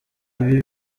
ibi